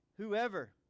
whoever